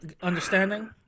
understanding